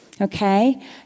Okay